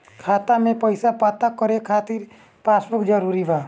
खाता में पईसा पता करे के खातिर पासबुक जरूरी बा?